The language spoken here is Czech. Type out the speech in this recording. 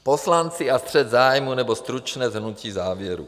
Poslanci a střet zájmů aneb stručné shrnutí závěrů.